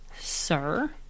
sir